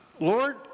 Lord